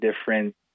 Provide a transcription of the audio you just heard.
different